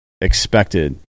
expected